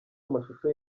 amashusho